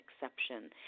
exception